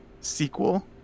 sequel